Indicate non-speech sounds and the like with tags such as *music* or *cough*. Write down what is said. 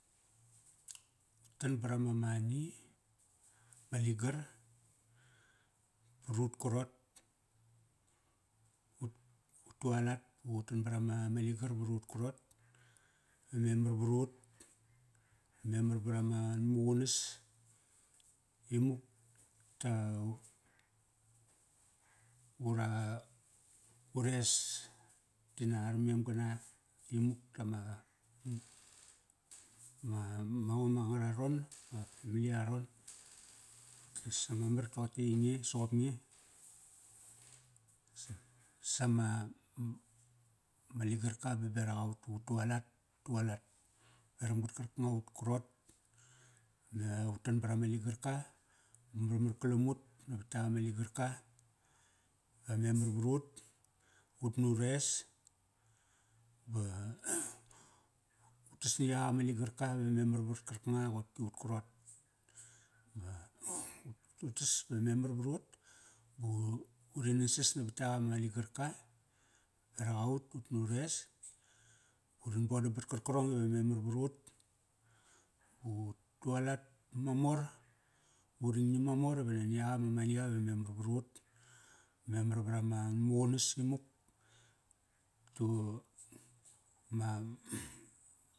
*noise* Utan barama money, ma ligar, varut karot, ut, utu alat ba u tan barama ma ligar varut karot. Va memar varut. Memar varama nanmaqunas. Imuk ta, ura, ures tina ara mem gana. Imuk tama *noise* ma, ma om angararon. *noise* Ma family aron. *noise* Utes ama mar toqote i ainge soqop nge *noise* sama me ligarka baberak aut. Ba ut tualat, tualat peram qar karkanga ut karot. Me utan barama ligarka. Marmar kalam ut navat yak ama ligarka va memar varut ut na ures. Ba *noise* utas na yak ama ligarka va memar vat karkanga qopki ut karot. *noise* Utas ba memar varut. Ba u, uri berak aut, ut na ures. Urin bodam bat karkarong iva memar varut. Ba ut tualat mamor ba uring ngiam mamor iva nani yak ama maniqa iva memamr varut. Memar varama nan muqunas imuk. Da, ma *noise*